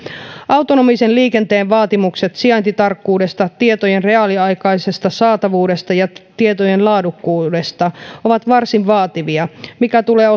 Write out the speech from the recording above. autonomisen liikenteen vaatimukset sijaintitarkkuudesta tietojen reaaliaikaisesta saatavuudesta ja tietojen laadukkuudesta ovat varsin vaativia mikä tulee